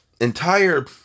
entire